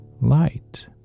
light